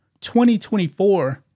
2024